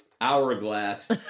hourglass